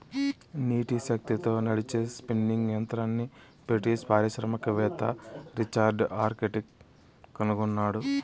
నీటి శక్తితో నడిచే స్పిన్నింగ్ యంత్రంని బ్రిటిష్ పారిశ్రామికవేత్త రిచర్డ్ ఆర్క్రైట్ కనుగొన్నాడు